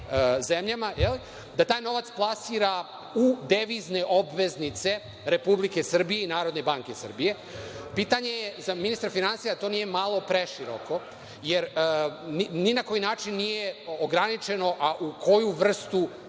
da taj novac plasira u devizne obveznice Republike Srbije i Narodne banke Srbije. Pitanje je za ministra finansija, a to nije malo preširoko, jer ni na koji način nije ograničeno, u koju vrstu